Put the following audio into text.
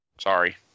Sorry